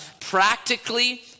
practically